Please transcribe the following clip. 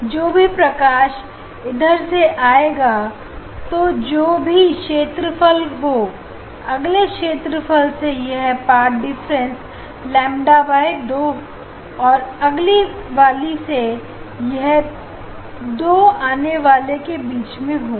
जो भी प्रकाश इधर से आएगा तो जो भी क्षेत्र हो अगले क्षेत्र से यह पाठ डिफरेंस लैम्ब्डा बटा दो और अगली वाले से यह दो आने वाले के बीच में होगा